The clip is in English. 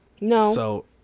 No